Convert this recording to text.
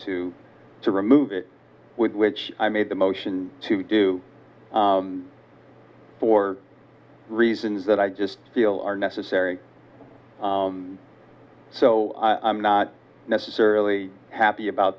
to to remove it with which i made the motion to do for reasons that i just feel are necessary so i'm not necessarily happy about